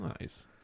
Nice